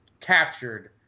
captured